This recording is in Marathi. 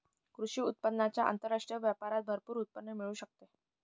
कृषी उत्पादकांच्या आंतरराष्ट्रीय व्यापारात भरपूर उत्पन्न मिळू शकते